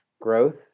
growth